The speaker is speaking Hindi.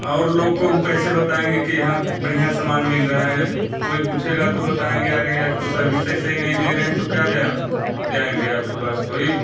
और लोग को हम कैसे बताएँगे कि यहाँ बढ़िया समान मिल रहा है कोई पूछेगा तो बताएँगे अरे यहाँ तो सर्विस ही सही नहीं दे रहें हैं तो क्या जाएँ जाएँगे आपके पास कोई